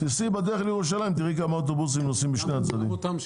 תיסעי בדרך לירושלים ותראי כמה אוטובוסים נוסעים בשני הצדדים.